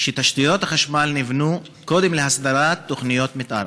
שתשתיות החשמל נבנו קודם להסדרת תוכניות מתאר,